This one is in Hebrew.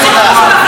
אדוני,